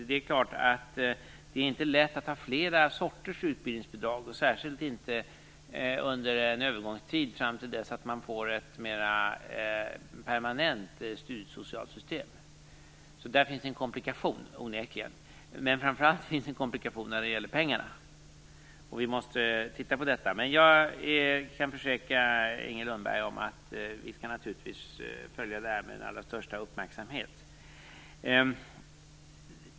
Det är inte lätt att ha flera sorters utbildningsbidrag och särskilt inte under en övergångstid fram till dess att vi får ett mera permanent studiesocialt system. Så där finns det onekligen en komplikation. Men framför allt finns det en komplikation när det gäller pengarna. Vi måste titta på detta. Men jag kan försäkra Inger Lundberg om att vi naturligtvis skall följa det här med den allra största uppmärksamhet.